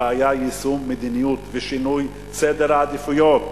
הבעיה היא יישום מדיניות ושינוי סדר העדיפויות.